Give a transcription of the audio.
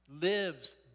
lives